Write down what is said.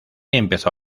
empezó